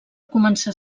començar